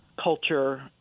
culture